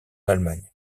allemagne